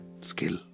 skill